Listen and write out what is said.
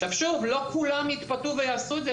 שוב, לא כולם יתפתו ויעשו את זה.